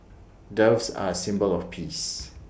doves are A symbol of peace